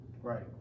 Right